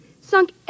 sunk